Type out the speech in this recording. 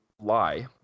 lie